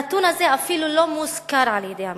הנתון הזה אפילו לא מוזכר על-ידי המשטרה,